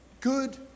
good